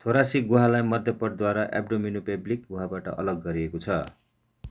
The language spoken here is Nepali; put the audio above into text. थोरासिक गोवालाई मध्यपटद्वारा एब्डोमिनोपेल्भिक गोवाबाट अलग गरिएको छ